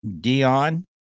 Dion